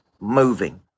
moving